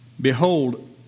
Behold